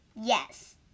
Yes